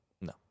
No